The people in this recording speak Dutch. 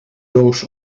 doos